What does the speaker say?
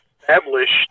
established